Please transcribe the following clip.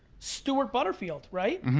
stewart butterfield, right?